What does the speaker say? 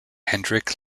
hendrik